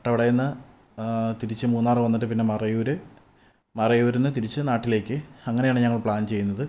വട്ടവടയിൽ നിന്ന് തിരിച്ച് മൂന്നാറ് വന്നിട്ട് പിന്നെ മറയൂര് മറയൂരിൽ നിന്ന് തിരിച്ച് നാട്ടിലേക്ക് അങ്ങനെയാണ് ഞങ്ങൾ പ്ലാൻ ചെയ്യുന്നത്